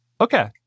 okay